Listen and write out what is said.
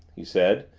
he said.